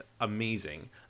amazing